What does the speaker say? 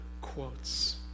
quotes